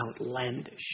outlandish